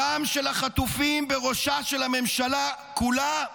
הדם של החטופים בראשה של הממשלה כולה,